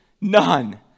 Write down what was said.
None